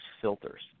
filters